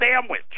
sandwich